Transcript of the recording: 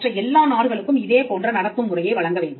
மற்ற எல்லா நாடுகளுக்கும் இதே போன்ற நடத்தும் முறையை வழங்க வேண்டும்